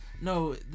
no